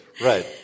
Right